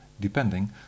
depending